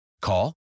Call